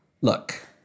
look